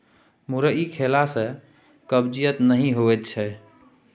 मुरइ खेला सँ कब्जियत नहि होएत छै